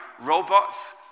robots